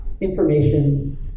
Information